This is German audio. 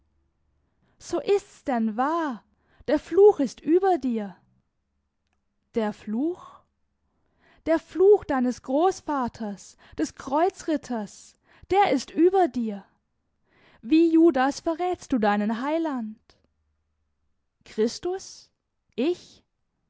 so ist's denn wahr der fluch ist über dir der fluch der fluch deines großvaters des kreuzritters der ist über dir wie judas verrätst du deinen heiland christus ich